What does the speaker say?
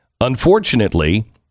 Unfortunately